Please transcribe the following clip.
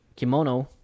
Kimono